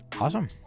Awesome